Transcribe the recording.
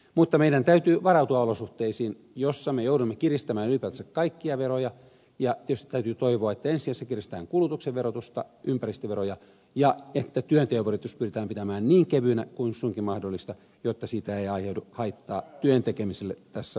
mutta meidän täytyy varautua olosuhteisiin joissa me joudumme kiristämään ylipäätänsä kaikkia veroja ja tietysti täytyy toivoa että ensisijaisesti kiristetään kulutuksen verotusta ympäristöveroja ja että työnteon verotus pyritään pitämään niin kevyenä kuin suinkin mahdollista jotta siitä ei aiheudu haittaa työn tekemiselle tässä maassa